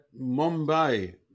mumbai